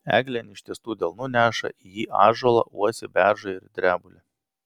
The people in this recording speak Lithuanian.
eglė ant ištiestų delnų neša į jį ąžuolą uosį beržą ir drebulę